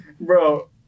bro